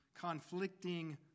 conflicting